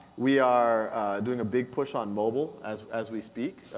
we are doing a big push on mobile as as we speak,